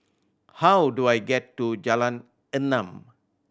how do I get to Jalan Enam